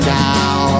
now